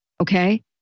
Okay